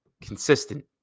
consistent